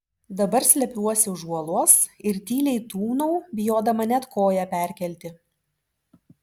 dabar slepiuosi už uolos ir tyliai tūnau bijodama net koją perkelti